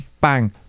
bang